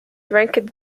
ranked